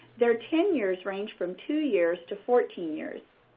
their tenures range from two years to fourteen years.